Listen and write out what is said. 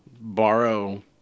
borrow